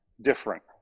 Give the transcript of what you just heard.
different